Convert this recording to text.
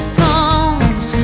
songs